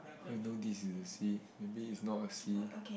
would you know this is a C maybe it's not a C